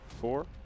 four